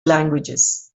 languages